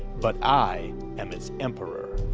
but i am its emperor.